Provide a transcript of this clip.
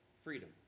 freedom